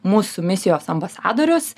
mūsų misijos ambasadorius